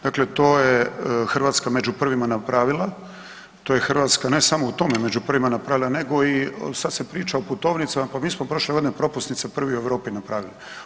Dakle, to je Hrvatska među prvima napravila, to je Hrvatska ne samo u tome među prvima napravila nego i sad se priča o putovnicama pa mi smo prošle godine propusnice prvi u Europi napravili.